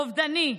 אובדני.